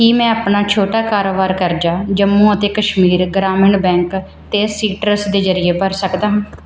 ਕੀ ਮੈਂ ਆਪਣਾ ਛੋਟਾ ਕਾਰੋਬਾਰ ਕਰਜ਼ਾ ਜੰਮੂ ਅਤੇ ਕਸ਼ਮੀਰ ਗ੍ਰਾਮੀਣ ਬੈਂਕ ਤੇ ਸੀਟਰਸ ਦੇ ਜਰਿਏ ਭਰ ਸਕਦਾ ਹਾਂ